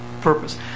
purpose